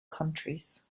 countries